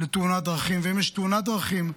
לתאונת דרכים.